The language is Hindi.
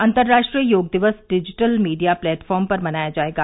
अंतर्राष्ट्रीय योग दिवस डिजिटल मीडिया प्लेटफॉर्म पर मनाया जाएगा